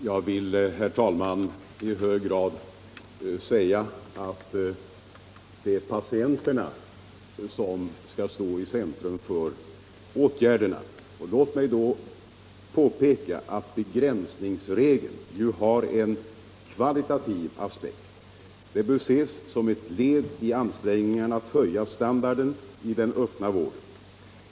Herr talman! Jag vill understryka att det är patienterna som skall stå i centrum för åtgärderna. Låt mig påpeka att begränsningsregeln har en kvalitativ aspekt. Den bör ses som ett led i ansträngningarna att höja standarden i den öppna vården.